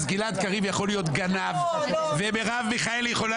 אז גלעד קריב יכול להיות גנב ומרב מיכאלי יכולה